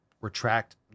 retract